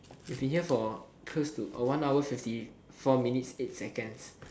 we've been here for close to oh one hour fifty four minutes eight seconds